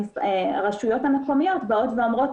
הרשויות המקומיות אומרות,